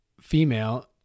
female